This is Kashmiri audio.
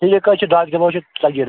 ٹھیٖک حظ چھُ دۄدٕ کِلوٗ چھُ ژتجی رۄپیہِ